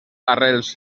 arrels